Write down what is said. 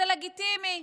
זה לגיטימי,